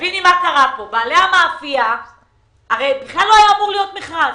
לא היה אמור להיות מכרז.